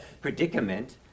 predicament